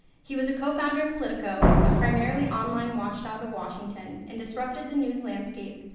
he was a co-founder of politico, a primarily online watchdog of washington, and disrupted the news landscape,